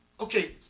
Okay